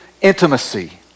intimacy